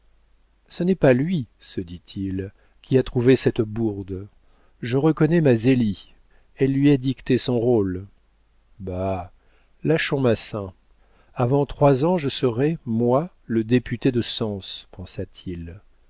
ce n'est pas lui se dit-il qui a trouvé cette bourde je reconnais ma zélie elle lui a dicté son rôle bah lâchons massin avant trois ans je serai moi le député de sens pensa-t-il